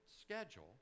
schedule